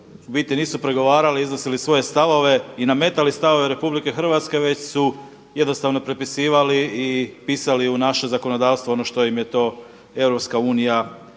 u biti nisu pregovarali, iznosili svoje stavove i nametali stavove Republike Hrvatske, već su jednostavno prepisivali i pisali u naše zakonodavstvo ono što im je to